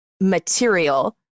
material